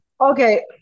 Okay